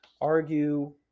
argue